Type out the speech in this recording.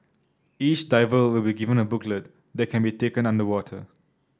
each diver will be given a booklet that can be taken underwater